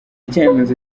kimenyetso